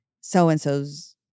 so-and-so's